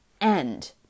end